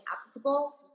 applicable